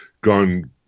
gone